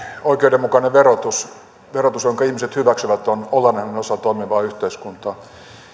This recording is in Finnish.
oikeudenmukainen verotus verotus jonka ihmiset hyväksyvät on olennainen osa toimivaa yhteiskuntaa